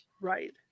Right